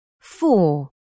Four